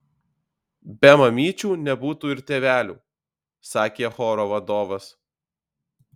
be mamyčių nebūtų ir tėvelių sakė choro vadovas